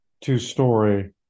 two-story